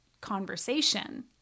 conversation